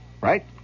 right